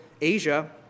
Asia